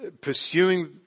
pursuing